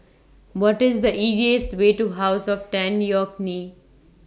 What IS The easiest Way to House of Tan Yeok Nee